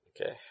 Okay